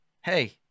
Hey